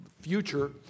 future